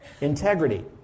integrity